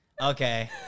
Okay